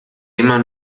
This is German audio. immer